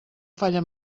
falla